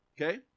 Okay